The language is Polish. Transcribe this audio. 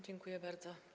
Dziękuję bardzo.